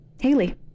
Haley